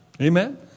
Amen